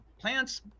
plants